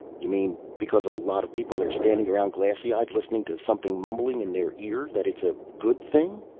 you mean because a lot of people are standing around glassy-eyed listening to something mumbling in their ear that it's a good thing?